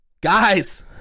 guys